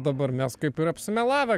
dabar mes kaip ir apsimelavę